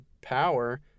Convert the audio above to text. power